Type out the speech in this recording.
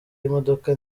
y’imodoka